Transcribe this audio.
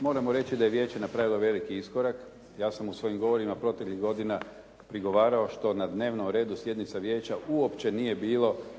moramo reći da je vijeće napravilo veliki iskorak. Ja sam u svojim govorima proteklih godina prigovarao što na dnevnom redu sjednica vijeća uopće nije bilo